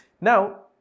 now